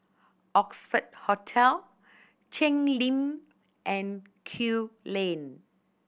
Oxford Hotel Cheng Lim and Kew Lane